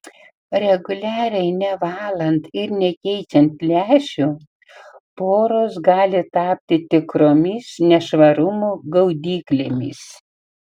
reguliariai nevalant ir nekeičiant lęšių poros gali tapti tikromis nešvarumų gaudyklėmis